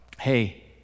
hey